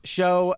Show